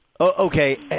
Okay